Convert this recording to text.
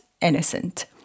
innocent